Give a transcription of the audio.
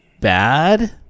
bad